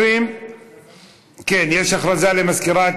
יש הודעה למזכירת